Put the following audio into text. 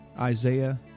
Isaiah